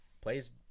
Plays